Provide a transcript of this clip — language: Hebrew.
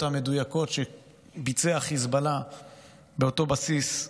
המדויקות שביצע חיזבאללה באותו בסיס,